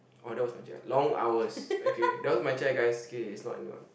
oh that was my chair long hours okay that was my chair guys okay is not anyone